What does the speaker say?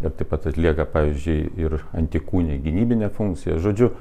ir taip pat atlieka pavyzdžiui ir antikūniai gynybinę funkciją žodžiu